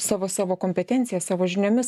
savo savo kompetencija savo žiniomis